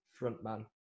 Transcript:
frontman